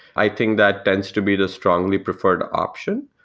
i think that tends to be the strongly preferred option.